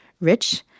Rich